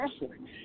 wrestling